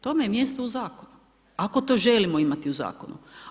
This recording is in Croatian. Tome je mjesto u zakonu ako to želimo imati u zakonu.